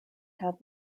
have